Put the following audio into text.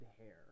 hair